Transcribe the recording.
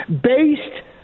based